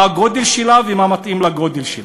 מה הגודל שלה ומה מתאים לגודל שלה.